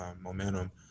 momentum